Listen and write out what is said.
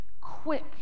quick